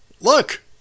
look